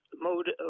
mode